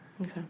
okay